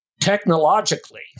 Technologically